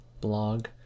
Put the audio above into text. blog